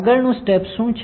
આગળનું સ્ટેપ શું છે